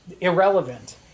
irrelevant